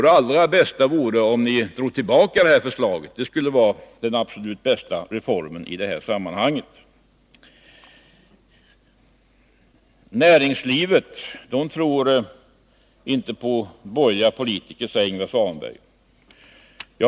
Det allra bästa vore om ni drog tillbaka det här förslaget, det skulle vara den absolut bästa reformen i detta sammanhang. Näringslivet tror inte på borgerliga politiker, säger Ingvar Svanberg.